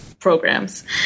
Programs